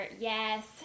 yes